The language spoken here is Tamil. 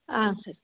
ஆ சரி